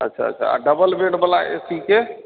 अच्छा अच्छा आ डबल बेडबला एसीके